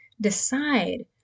decide